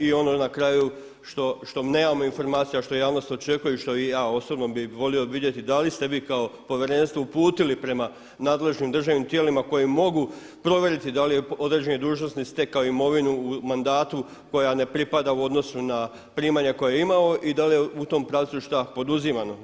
I ono na kraju što nemamo informaciju a što javnost očekuje i što i ja bi osobno bi volio vidjeti da li ste vi kao povjerenstvo uputili prema nadležnim državnim tijelima koji mogu provjeriti da li je određeni dužnosnik stekao imovinu u mandatu koji ne pripada u odnosu na primanja koja je imao i da li je u tom pravcu šta poduzimano.